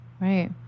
Right